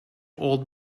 old